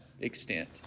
extent